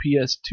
PS2